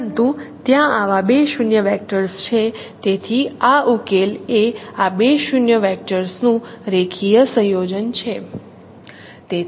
પરંતુ ત્યાં આવા બે શૂન્ય વેક્ટર્સ છે તેથી આ ઉકેલ એ આ બે શૂન્ય વેક્ટરનું રેખીય સંયોજન છે